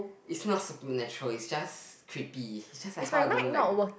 it's not supernatural it's just creepy just like how I don't like the